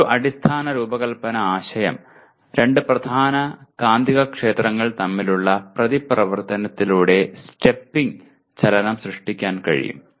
മറ്റൊരു അടിസ്ഥാന രൂപകൽപ്പന ആശയം രണ്ട് പ്രധാന കാന്തികക്ഷേത്രങ്ങൾ തമ്മിലുള്ള പ്രതിപ്രവർത്തനത്തിലൂടെ സ്റ്റെപ്പിംഗ് ചലനം സൃഷ്ടിക്കാൻ കഴിയും